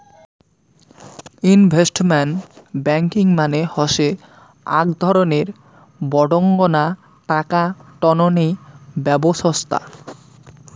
investment banking মানে হসে আক ধরণের বডঙ্না টাকা টননি ব্যবছস্থা